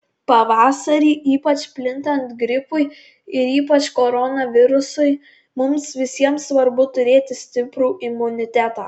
pavasarį ypač plintant gripui ir ypač koronavirusui mums visiems svarbu turėti stiprų imunitetą